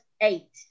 eight